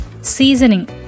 Seasoning